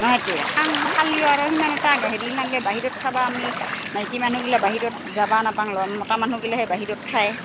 নহয় ইয়াতে খাং খালিও আৰু সিমান এটাক হেৰি নালাগে বাহিৰত খাবা আমি মাইকী মানুহগিলা বাহিৰত যাবা নাপাওঁ মতা মানুহগিলেহে বাহিৰত খায়